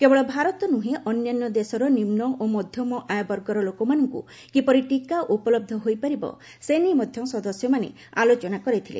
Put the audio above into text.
କେବଳ ଭାରତ ନ୍ଦହେଁ ଅନ୍ୟାନ୍ୟ ଦେଶର ନିମୁ ଓ ମଧ୍ୟମ ଆୟବର୍ଗର ଲୋକମାନଙ୍କୁ କିପରି ଟିକା ଉପଳହ୍ଧ ହୋଇପାରିବ ସେ ନେଇ ମଧ୍ୟ ସଦସ୍ୟମାନେ ଆଲୋଚନା କରିଥିଲେ